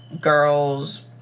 girls